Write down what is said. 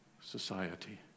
society